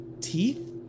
teeth